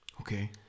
Okay